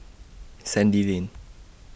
Sandy Lane